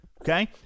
Okay